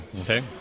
Okay